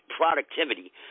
productivity